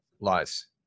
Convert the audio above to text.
lies